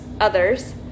others